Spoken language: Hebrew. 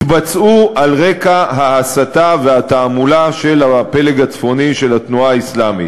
התבצעו על רקע ההסתה והתעמולה של הפלג הצפוני של התנועה האסלאמית.